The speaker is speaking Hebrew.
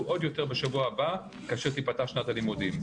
עוד יותר בשבוע הבא כאשר תיפתח שנת הלימודים.